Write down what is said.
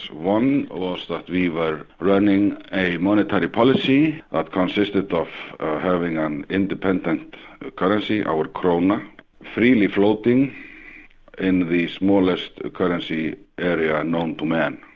one ah was that we were running a monetary policy that consisted of having an independence currency, our kronur, free floating in the smallest currency area known to man.